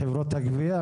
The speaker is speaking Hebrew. חברות הגבייה?